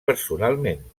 personalment